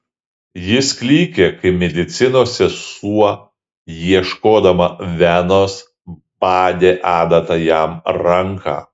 jis klykė kai medicinos sesuo ieškodama venos badė adata jam ranką